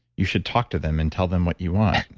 you should talk to them and tell them what you want.